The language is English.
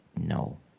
no